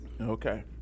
Okay